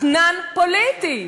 אתנן פוליטי.